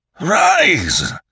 Rise